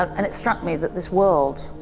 um and it struck me that this world,